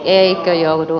eivätkö joudu